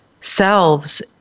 selves